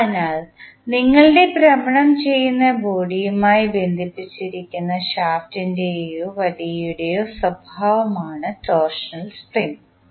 അതിനാൽ നിങ്ങളുടെ ഭ്രമണം ചെയ്യുന്ന ബോഡിയുമായി ബന്ധിപ്പിച്ചിരിക്കുന്ന ഷാഫ്റ്റിൻറെയോ വടിയുടെയോ സ്വഭാവമാണ് ടോർഷണൽ സ്പ്രിംഗ്